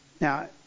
Now